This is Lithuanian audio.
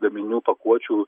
gaminių pakuočių